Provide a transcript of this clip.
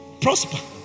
prosper